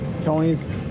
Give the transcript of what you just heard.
tony's